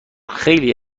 خیلی